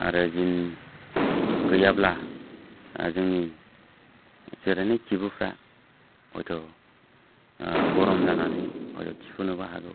आरो जिन गैयाब्ला जोंनि जिरायनाय खिबुफ्रा हयथ' गरम जानानै थिफुनोबो हागौ